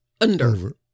under-